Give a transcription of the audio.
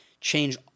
Change